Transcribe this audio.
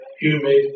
humid